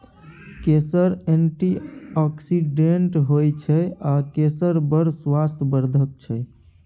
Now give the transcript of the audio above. केसर एंटीआक्सिडेंट होइ छै आ केसर बड़ स्वास्थ्य बर्धक छै